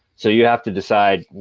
so you have to decide,